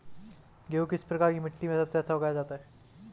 गेहूँ किस प्रकार की मिट्टी में सबसे अच्छा उगाया जाता है?